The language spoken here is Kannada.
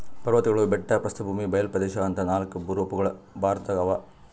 ಪರ್ವತ್ಗಳು ಬೆಟ್ಟ ಪ್ರಸ್ಥಭೂಮಿ ಬಯಲ್ ಪ್ರದೇಶ್ ಅಂತಾ ನಾಲ್ಕ್ ಭೂರೂಪಗೊಳ್ ಭಾರತದಾಗ್ ಅವಾ